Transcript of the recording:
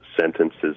sentences